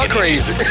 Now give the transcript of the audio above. crazy